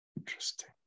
Interesting